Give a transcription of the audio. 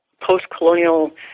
post-colonial